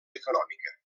econòmica